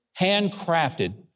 handcrafted